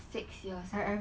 six year